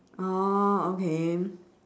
oh okay